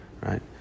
right